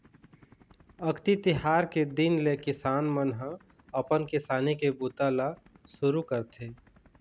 अक्ती तिहार के दिन ले किसान मन ह अपन किसानी के बूता ल सुरू करथे